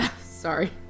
Sorry